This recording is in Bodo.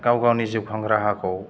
गाव गावनि जिउखां राहाखौ